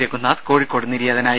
രഘുനാഥ് കോഴിക്കോട് നിര്യാതനായി